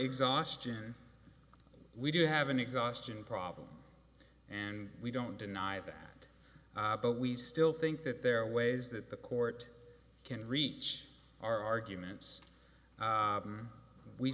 exhaustion we do have an exhaustion problem and we don't deny that but we still think that there are ways that the court can reach our arguments we've